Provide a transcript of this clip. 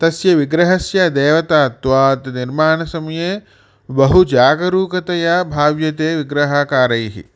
तस्य विग्रहस्य देवतात्वात् निर्माणसमये बहुजागरूकतया भाव्यते विग्रहकारैः